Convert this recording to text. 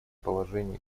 положении